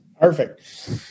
Perfect